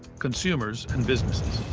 consumers and businesses.